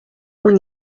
اون